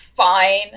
Fine